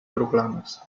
proclames